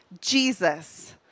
Jesus